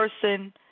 person